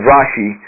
Rashi